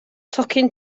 tocyn